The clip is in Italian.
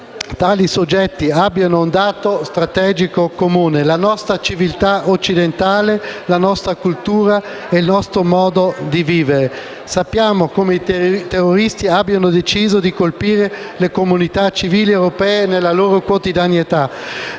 tali soggetti abbiano un dato strategico comune: la nostra civiltà occidentale; la nostra cultura e il nostro modo di vivere. Sappiamo che i terroristi hanno deciso di colpire le comunità civili europee nella loro quotidianità,